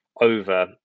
over